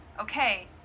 okay